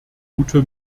gute